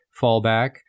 fallback